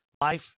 Life